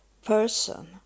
person